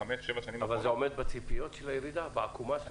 שבע השנים האחרונות --- וזה עומד בציפיות של עקומת הירידה?